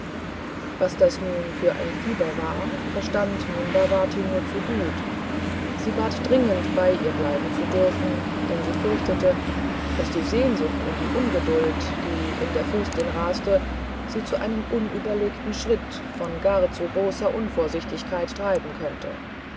was das nun für ein fieber war verstand nimbavati nur zu gut und sie bat dringend bei ihr bleiben zu dürfen denn sie fürchtete daß die sehnsucht und die ungeduld die in der fürstin rasten sie zu einem unüberlegten schritt von gar zu großer unvorsichtigkeit treiben könnten